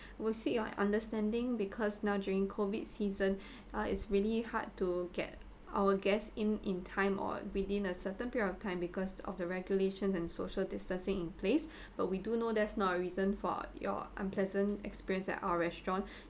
we seek your understanding because now during COVID season uh is really hard to get our guest in in time or within a certain period of time because of the regulations and social distancing in place but we do know there's not a reason for your unpleasant experience at our restaurant